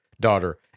daughter